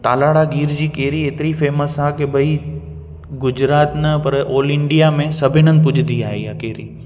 तालाला गीर जी कैरी एतिरी फेमस आहे की भाई गुजरात न पर ऑल इंडिया में सभिनि हंधु पुॼंदी आहे इहा कैरी